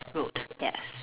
road yes